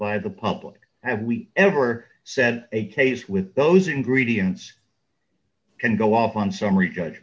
by the public have we ever said a taste with those ingredients can go off on some re